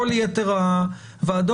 כל יתר הוועדות,